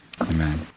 Amen